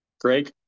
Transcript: Greg